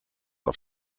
auf